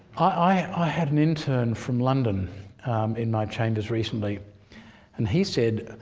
i had an intern from london in my chambers recently and he said,